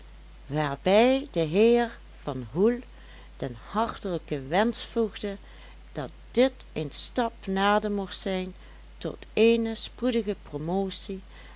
waarbij de heer van hoel den hartelijken wensch voegde dat dit een stap nader mocht zijn tot eene spoedige promotie